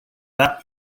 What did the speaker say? that